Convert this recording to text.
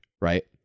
right